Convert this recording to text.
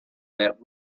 that